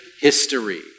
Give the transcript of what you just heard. history